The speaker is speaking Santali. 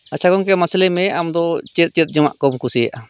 ᱟᱪᱪᱷᱟ ᱜᱚᱝᱠᱮ ᱢᱟᱥᱮ ᱞᱟᱹᱭ ᱢᱮ ᱟᱢ ᱫᱚ ᱪᱮᱫ ᱪᱮᱫ ᱡᱚᱢᱟᱜ ᱠᱚᱢ ᱠᱩᱥᱤᱭᱟᱜᱼᱟ